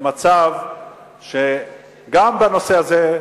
למצב שגם בנושא הזה,